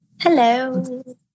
Hello